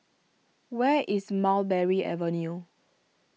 where is Mulberry Avenue